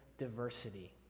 diversity